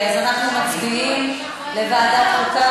למה את לא מתנערת מהאמירות שנאמרו,